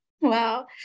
wow